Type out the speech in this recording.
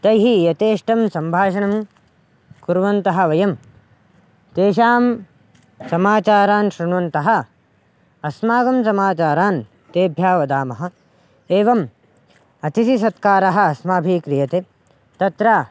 तैः यथेष्टं सम्भाषणं कुर्वन्तः वयं तेषां समाचारान् श्रुण्वन्तः अस्माकं समाचारान् तेभ्यः वदामः एवम् अतिथिसत्कारः अस्माभिः क्रियते तत्र